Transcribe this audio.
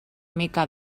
mica